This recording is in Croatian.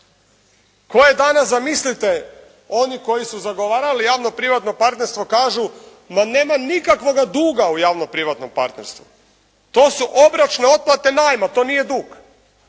koje danas zamislite oni koji su zagovarali javno privatno partnerstvo kažu da nema nikakvoga duga u javno privatnom partnerstvu. To su obročne otplate najma. To nije dug.